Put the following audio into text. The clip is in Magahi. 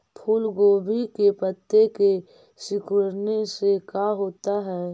फूल गोभी के पत्ते के सिकुड़ने से का होता है?